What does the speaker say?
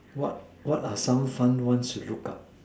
what what are some fun one you look out